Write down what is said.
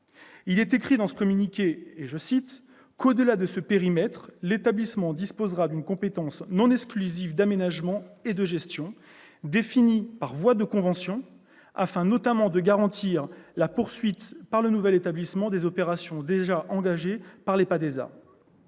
Je cite le communiqué :« Au-delà de ce périmètre, l'établissement disposera d'une compétence non exclusive d'aménagement et de gestion, définie par voie de conventions, notamment afin de garantir la poursuite par le nouvel établissement des opérations déjà engagées par l'EPADESA